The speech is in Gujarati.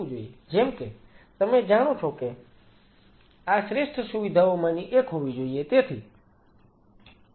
જેમ કે તમે જાણો છો કે આ શ્રેષ્ઠ સુવિધાઓમાંની એક હોવી જોઈએ